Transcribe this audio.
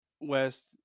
West